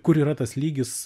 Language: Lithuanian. kur yra tas lygis